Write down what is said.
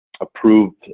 approved